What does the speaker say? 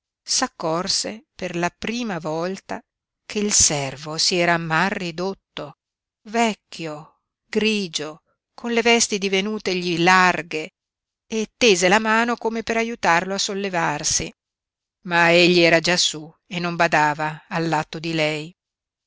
dio s'accorse per la prima volta che il servo si era mal ridotto vecchio grigio con le vesti divenutegli larghe e tese la mano come per aiutarlo a sollevarsi ma egli era già su e non badava all'atto di lei